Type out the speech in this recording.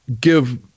give